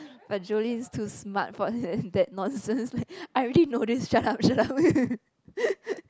but Julie is too smart for that that nonsense I already know this shut up shut up